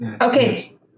Okay